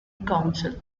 council